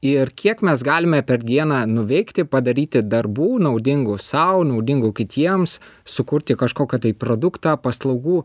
ir kiek mes galime per dieną nuveikti padaryti darbų naudingų sau naudingų kitiems sukurti kažko kad taip produktą paslaugų